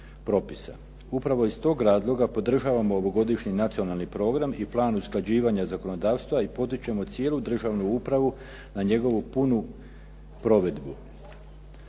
Upravo iz tog razloga podržavamo ovogodišnji Nacionalni program i plan usklađivanja zakonodavstva i potičemo cijelu državnu upravu n a njegovu punu provedbu.